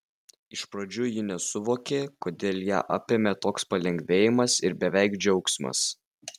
iš pradžių ji nesuvokė kodėl ją apėmė toks palengvėjimas ir beveik džiaugsmas